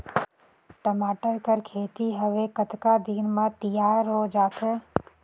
टमाटर कर खेती हवे कतका दिन म तियार हो जाथे?